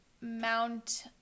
Mount